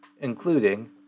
including